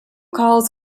calls